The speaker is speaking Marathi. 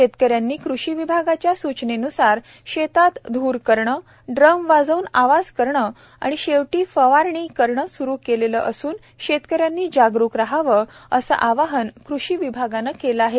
शेतकऱ्यांनी कृषी विभागाच्या सूचनेनुसार शेतात ध्र करणे ड्रम वाजवून आवाज करणे आणि शेवटी फवारणी करणे स्रु केलेले असून शेतकऱ्यांनी जागरुक रहावे असे आवाहन कृषी विभागाने केले आहे